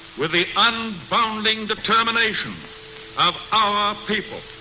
with the unbounding determination of our people,